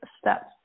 steps